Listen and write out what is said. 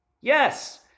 Yes